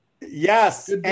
Yes